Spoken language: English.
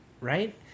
right